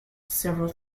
several